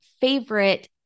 favorite